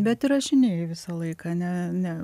bet ir rašinėjai visą laiką ne ne